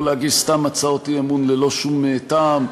לא להגיש סתם הצעות אי-אמון ללא שום טעם,